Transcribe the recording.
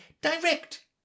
direct